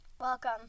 Welcome